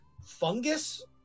fungus